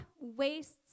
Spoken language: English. wastes